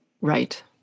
Right